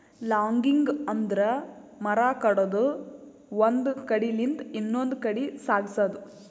logging ಅಂದ್ರ ಮರ ಕಡದು ಒಂದ್ ಕಡಿಲಿಂತ್ ಇನ್ನೊಂದ್ ಕಡಿ ಸಾಗ್ಸದು